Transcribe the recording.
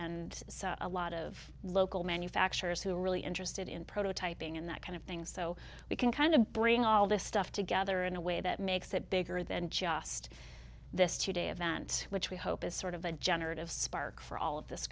and so a lot of local manufacturers who are really interested in prototyping in that kind of thing so we can kind of bring all this stuff together in a way that makes it bigger than just this two day event which we hope is sort of a generative spark for all of this